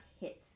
hits